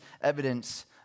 evidence